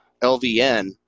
LVN